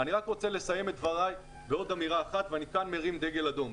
אני רוצה לסיים את דבריי בעוד אמירה אחת וכאן אני מרים דגל אדום,